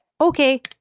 okay